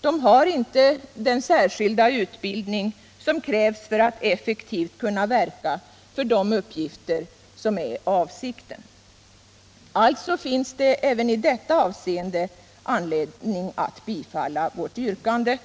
De har inte den särskilda utbildning som krävs för att de effektivt skall kunna verka för de uppgifter som är avsikten. Alltså finns det även i detta avseende anledning att bifalla vårt yrkande.